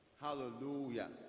hallelujah